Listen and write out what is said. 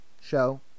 show